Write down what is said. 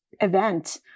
event